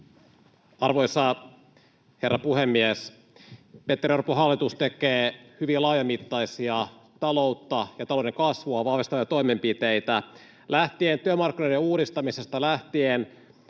Arvoisa herra puhemies! Petteri Orpon hallitus tekee hyviä laajamittaisia taloutta ja talouden kasvua vahvistavia toimenpiteitä lähtien työmarkkinoiden uudistamisesta, lähtien